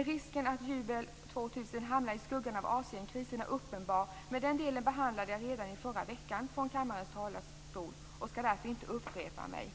Risken att Jubel 2000 hamnar i skuggan av Asienkrisen är dock uppenbar. Men den delen behandlade jag redan i förra veckan från kammarens talarstol. Jag skall därför inte upprepa mig.